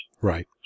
Right